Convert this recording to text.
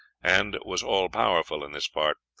and was all powerful in this part,